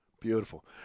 Beautiful